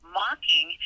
mocking